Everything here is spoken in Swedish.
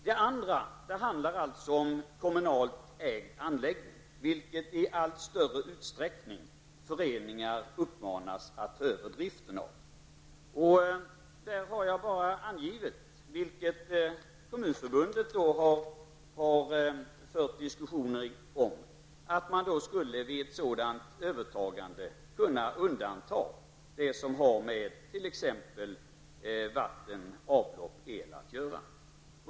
Men nu handlar det om kommunalt ägda anläggningar, som föreningar i allt större utsträckning uppmanas att ta över driften av. Där har jag angivit, vilket Kommunförbundet har fört diskussioner om, att man vid ett sådant övertagande skulle kunna undanta det som har t.ex. med vatten, el och avlopp att göra.